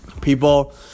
People